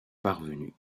parvenu